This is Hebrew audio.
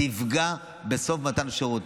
זה יפגע בסוף במתן השירות.